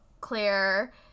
Claire